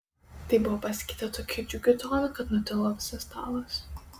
tai buvo pasakyta tokiu džiugiu tonu kad nutilo visas stalas